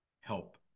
help